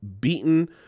beaten